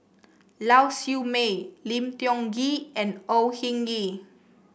Lau Siew Mei Lim Tiong Ghee and Au Hing Yee